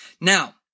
Now